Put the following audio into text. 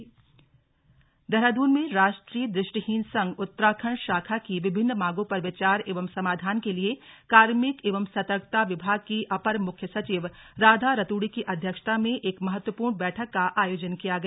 निर्णय देहरादून में राष्ट्रीय दृष्टिहीन संघ उत्तराखण्ड शाखा की विभिन्न विभिन्न मांगों पर विचार एवं समाधान के लिए कार्मिक एवं सतर्कता विभाग की अपर मुख्य सचिव राधा रतूड़ी की अध्यक्षता में एक महत्वपूर्ण बैठक का आयोजन किया गया